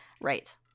Right